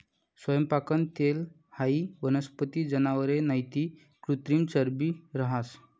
सैयपाकनं तेल हाई वनस्पती, जनावरे नैते कृत्रिम चरबी रहास